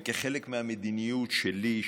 וכחלק מהמדיניות שלי,